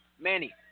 Manny